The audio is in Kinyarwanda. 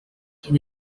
ibi